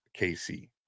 KC